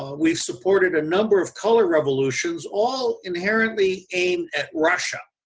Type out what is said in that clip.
we supported a number of color revolutions all inherently aimed at russia,